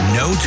no